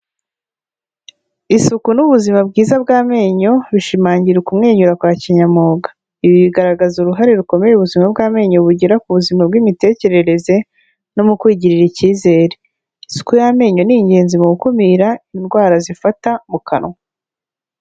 Isuku n'ubuzima bwiza bw'amenyo, bishimangira ukumwenyura kwa kinyamwuga, ibi bigaragaza uruhare rukomeye ubuzima bw'amenyo bugira ku buzima bw'imitekerereze no mu kwigirira icyizere, isuku y'amenyo ni ingenzi mu gukumira indwara zifata mu kanwa.